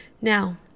Now